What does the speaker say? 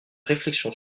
réflexion